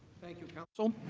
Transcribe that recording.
thank you counsel.